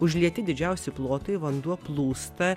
užlieti didžiausi plotai vanduo plūsta